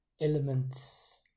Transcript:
elements